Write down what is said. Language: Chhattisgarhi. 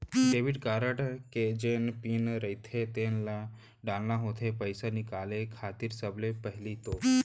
डेबिट कारड के जेन पिन रहिथे तेन ल डालना होथे पइसा निकाले खातिर सबले पहिली तो